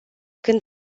când